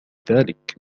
ذلك